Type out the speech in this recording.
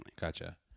Gotcha